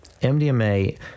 MDMA